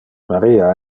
maria